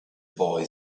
boy